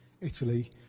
Italy